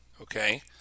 okay